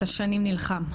אתה שנים נלחם.